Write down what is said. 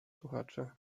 słuchacze